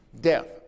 death